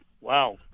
wow